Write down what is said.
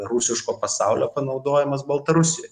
rusiško pasaulio panaudojimas baltarusijoj